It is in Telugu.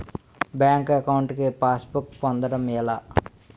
బ్యాంక్ అకౌంట్ కి పాస్ బుక్ పొందడం ఎలా?